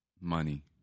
Money